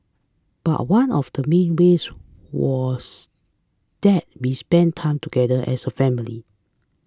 but one of the main ways was that we spent time together as a family